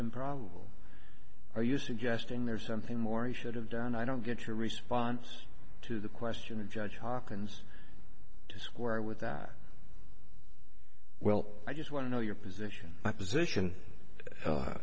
improbable are you suggesting there's something more he should have done i don't get your response to the question and judge hopkins square with that well i just want to know your position my position